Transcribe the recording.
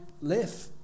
live